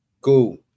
Cool